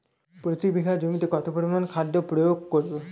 প্রতি বিঘা জমিতে কত পরিমান খাদ্য প্রয়োগ করব?